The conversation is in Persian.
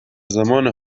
زمان